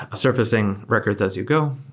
ah surfacing records as you go.